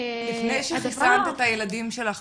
לפני שחיסנת את הילדים שלך,